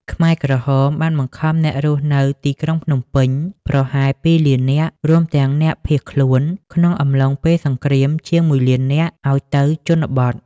ខ្មែរក្រហមបានបង្ខំអ្នករស់នៅទីក្រុងភ្នំពេញប្រហែល ២ លាននាក់ រួមទាំងអ្នកភៀសខ្លួនក្នុងអំឡុងពេលសង្គ្រាមជាង ១ លាននាក់ ឱ្យទៅជនបទ។